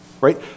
Right